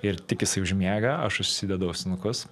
ir tik jisai užmiega aš užsidedu ausinukus